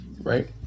right